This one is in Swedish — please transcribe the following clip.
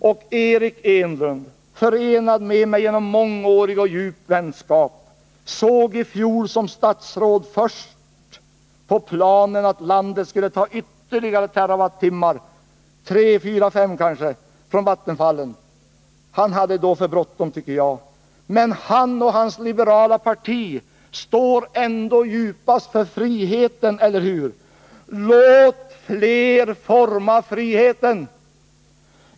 Och Eric Enlund, förenad med mig genom mångårig och djup vänskap, såg i fjol som statsråd först på planen att landet skulle ta ytterligare terawattimmar —3, 4 och kanske 5 — från vattenfallen. Han hade då för bråttom, tycker jag. Men han och hans liberala parti står ändå djupast för friheten, eller hur? Låt fler forma friheten!